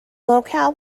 locale